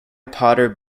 potter